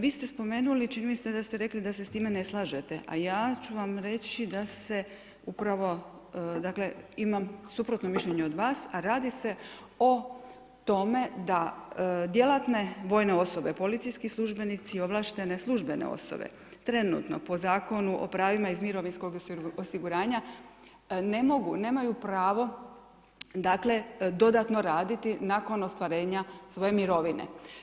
Vi ste spomenuli, čini mi se da ste rekli da se s time ne slažete, a ja ću vam reći da se upravo dakle, imam suprotno mišljenje od vas, a radi se o tome da djelatne vojne osobe, policijski službenici, ovlaštene službene osobe trenutno po Zakonu o pravima iz mirovinskog osiguranja ne mogu, nemaju pravo dakle, dodatno raditi nakon ostvarenja svoje mirovine.